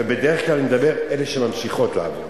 אני מדבר על כאלה שבדרך כלל ממשיכות לעבוד,